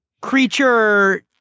creature